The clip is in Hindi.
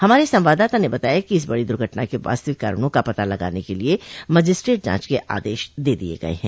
हमारे संवाददाता ने बताया है कि इस बड़ी दुर्घटना के वास्तविक कारणों का पता लगाने के लिए मजिस्ट्रेट जांच के आदेश दे दिये गये हैं